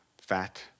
fat